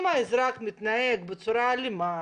אם האזרח מתנהג באלימות,